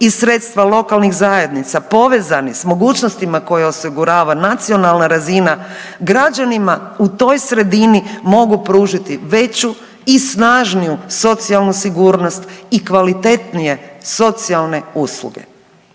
i sredstva lokalnih zajednica povezani s mogućnostima koje osigurava nacionalna razina građanima u toj sredini mogu pružiti veću i snažniju socijalnu sigurnost i kvalitetnije socijalne usluge.